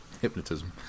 Hypnotism